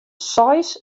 seis